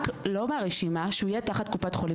רק לא מהרשימה שהוא יהיה תחת קופת חולים'.